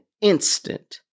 instant